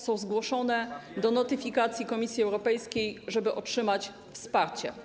są zgłoszone do notyfikacji Komisji Europejskiej, żeby otrzymać wsparcie.